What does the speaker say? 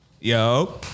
Yo